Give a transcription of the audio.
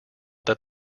that